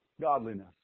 Godliness